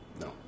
No